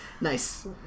Nice